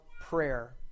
prayer